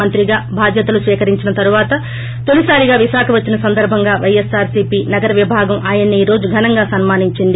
మంత్రిగా బాధ్యతలు స్వీకరించిన తరువాత తోలిసారిగా విశాఖ వచ్చిన సందర్భంగా వైఎస్సార్ సీపీ నగర విభాగం ప్రాయన్ని ఈ రోజు ఘనంగా సన్నా నించింది